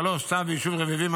3. צו ביישוב רביבים,